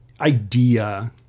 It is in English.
idea